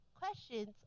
questions